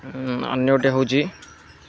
ଅନ୍ୟ ଟି ହେଉଛି